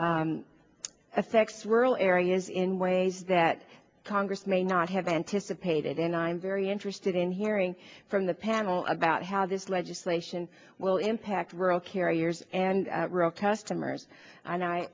affects wirral areas in ways that congress may not have anticipated and i'm very interested in hearing from the panel about how this legislation will impact rural carriers and real customers and i